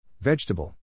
Vegetable